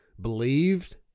believed